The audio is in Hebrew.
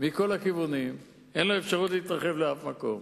מכל הכיוונים, ואין לו אפשרות להתרחב לשום מקום.